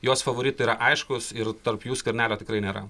jos favoritai yra aiškūs ir tarp jų skvernelio tikrai nėra